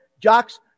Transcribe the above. jocks